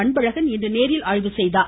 அன்பழகன் இன்று நேரில் ஆய்வு செய்தார்